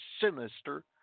sinister